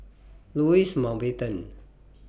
Louis Mountbatten